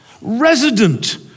resident